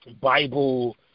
Bible